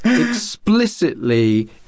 explicitly